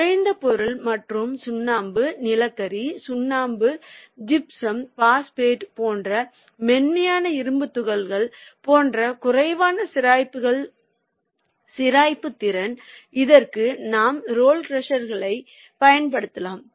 உறைந்த பொருள் மற்றும் சுண்ணாம்பு நிலக்கரி சுண்ணாம்பு ஜிப்சம் பாஸ்பேட் மற்றும் மென்மையான இரும்புத் தாதுக்கள் போன்ற குறைவான சிராய்ப்பு திறன்கள் இதற்கு நாம் ரோல் க்ரஷ் குகளைப் பயன்படுத்தலாம்